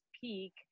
peak